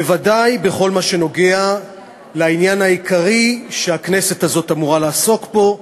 בוודאי בכל מה שנוגע לעניין העיקרי שהכנסת הזאת אמורה לעסוק בו פה,